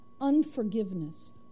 unforgiveness